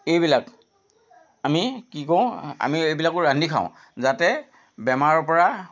এইবিলাক আমি কি কৰোঁ আমি এইবিলাকো ৰান্ধি খাওঁ যাতে বেমাৰৰ পৰা